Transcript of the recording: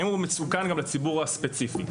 האם הוא מסוכן גם לציבור הספציפי.